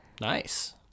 Nice